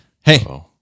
Hey